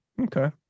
Okay